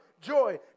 joy